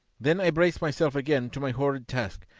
then i braced myself again to my horrid task,